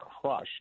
crushed